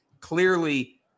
clearly